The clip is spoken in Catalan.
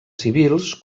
civils